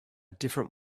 different